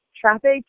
Traffic